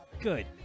good